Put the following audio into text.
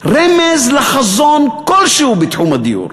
רמז לחזון כלשהו בתחום הדיור.